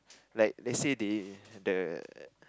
like let's say they the